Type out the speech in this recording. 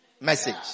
message